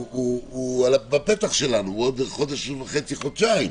הוא לפתחנו, הוא בעוד חודש וחצי חודשיים,